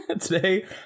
Today